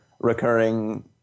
recurring